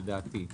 לדעתי.